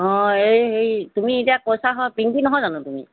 অঁ এই হেৰি তুমি এতিয়া কৈছা হয় তুমি পিংকী নহয় জানো তুমি